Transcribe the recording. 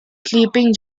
sleeping